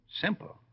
Simple